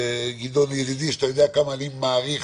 גדעון ידידי, שאתה יודע כמה אני מעריך